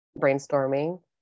brainstorming